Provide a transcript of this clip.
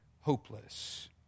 hopeless